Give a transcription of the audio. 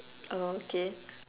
oh okay